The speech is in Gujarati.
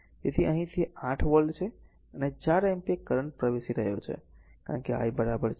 તેથી અહીં તે 8 વોલ્ટ છે અને 4 એમ્પીયર કરંટ પ્રવેશી રહ્યો છે કારણ કે I 4